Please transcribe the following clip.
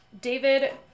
David